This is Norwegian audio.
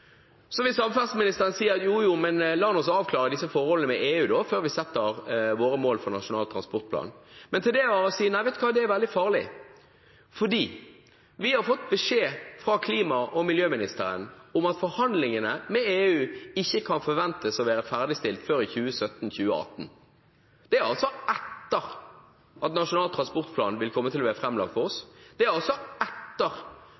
så har jeg dette å si til det: Nei, vet du hva, det er veldig farlig, for vi har fått beskjed fra klima- og miljøministeren om at forhandlingene med EU ikke kan forventes å være ferdigstilt før i 2017–2018. Det er altså etter at Nasjonal transportplan vil komme til å være framlagt for oss – det er etter